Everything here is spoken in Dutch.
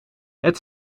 het